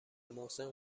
محسن